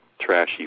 trashy